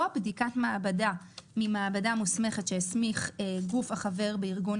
בדיקת מעבדה ממעבדה מוסמכת שהסמיך גוף החבר בארגון